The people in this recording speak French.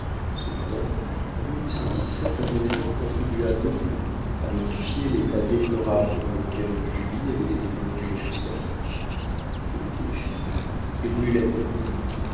cependant en un événement contribua beaucoup à modifier l'état déplorable dans lequel julie avait été plongée jusqu'alors elle eut une fille et voulut la nourrir